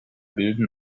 bilden